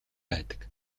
байдаг